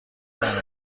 عمیق